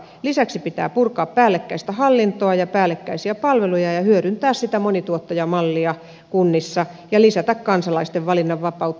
lisäksi pitää purkaa päällekkäistä hallintoa ja päällekkäisiä palveluja ja hyödyntää sitä monituottajamallia kunnissa ja lisätä kansalaisten valinnanvapautta